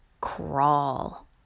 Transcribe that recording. crawl